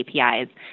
APIs